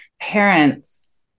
parents